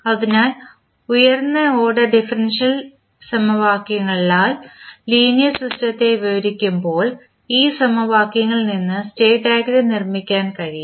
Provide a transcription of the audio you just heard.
അതിനാൽ ഉയർന്ന order differential സമവാക്യങ്ങളാൽ ലീനിയർ സിസ്റ്റത്തെ വിവരിക്കുമ്പോൾ ഈ സമവാക്യങ്ങളിൽ നിന്ന് സ്റ്റേറ്റ് ഡയഗ്രം നിർമ്മിക്കാൻ കഴിയും